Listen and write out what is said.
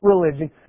religion